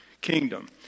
kingdom